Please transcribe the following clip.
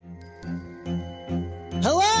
Hello